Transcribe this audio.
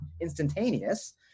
instantaneous